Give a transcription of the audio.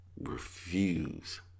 refuse